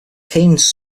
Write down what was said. keynes